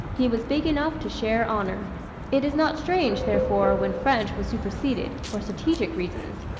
he was big enough to share honor. it is not strange, therefore, when french was superseded, for strategic reasons,